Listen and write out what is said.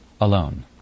alone